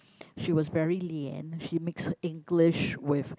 she was very lian she mixed English with